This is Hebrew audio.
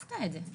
בדקת את זה,